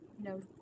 no